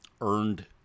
earned